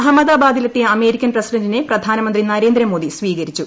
അഹമ്മദാബാദിലെത്തിയ American പ്രസിഡന്റിനെ പ്രധാനമന്ത്രി നരേന്ദ്രമോദി സ്വീകരിച്ചു